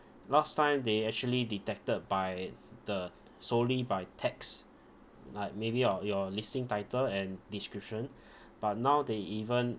last time they actually detected by the solely by text like maybe your your listing title and description but now they even